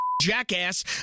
jackass